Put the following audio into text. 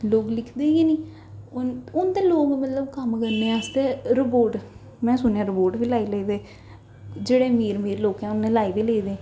लोग लिखदे गै निं हून हून ते लोग मतलब कम्म करने आस्तै रोबोट में सुनेआ रोबोट बी लाई ले दे जेह्ड़े अमीर अमीर लोकें उ'नें लाई बी ले दे